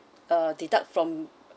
uh deduct from